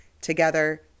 together